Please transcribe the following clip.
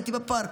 הייתי בפארק.